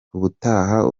ubutaha